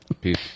Peace